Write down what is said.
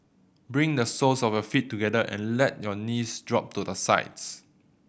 bring the soles of your feet together and let your knees drop to the sides